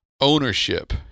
ownership